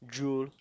drool